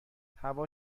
هوا